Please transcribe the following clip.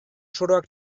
soroak